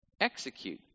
Execute